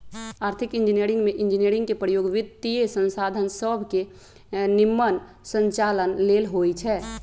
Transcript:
आर्थिक इंजीनियरिंग में इंजीनियरिंग के प्रयोग वित्तीयसंसाधन सभके के निम्मन संचालन लेल होइ छै